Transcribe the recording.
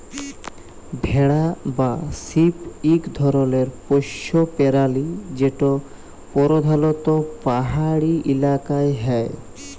ভেড়া বা শিপ ইক ধরলের পশ্য পেরালি যেট পরধালত পাহাড়ি ইলাকায় হ্যয়